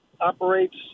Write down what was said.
operates